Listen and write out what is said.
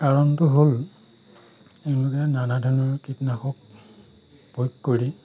কাৰণটো হ'ল এওঁলোকে নানা ধৰণৰ কীটনাশক প্ৰয়োগ কৰি